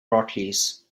rockies